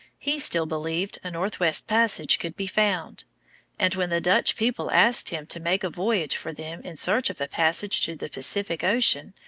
he still believed a northwest passage could be found and when the dutch people asked him to make a voyage for them in search of a passage to the pacific ocean,